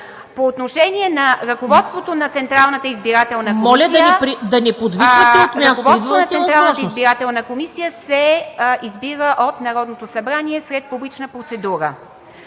ИВА МИТЕВА: Ръководството на Централната избирателна комисия се избира от Народното събрание след публична процедура.